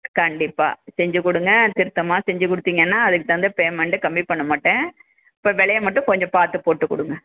கண்டிப்பாக செஞ்சுக் கொடுங்க திருத்தமாக செஞ்சுக் கொடுத்தீங்கன்னா அதுக்கு தகுந்த பேமெண்டு கம்மி பண்ண மாட்டேன் இப்போ விலைய மட்டும் கொஞ்சம் பார்த்து போட்டுக் கொடுங்க